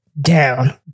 Down